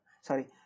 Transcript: sorry